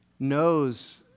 knows